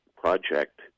project